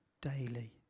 daily